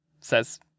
says